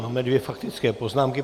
Máme dvě faktické poznámky.